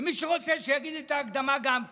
ומי שרוצה שיגיד את ההקדמה, גם כן.